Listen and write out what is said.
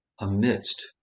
amidst